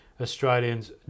Australians